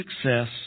success